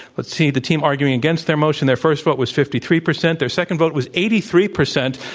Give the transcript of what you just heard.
let's see. the team arguing against their motion, their first vote was fifty three percent. their second vote was eighty three percent.